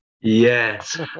Yes